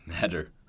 matter